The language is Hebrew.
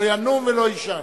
לא ינום ולא יישן.